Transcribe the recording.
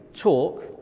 talk